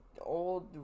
old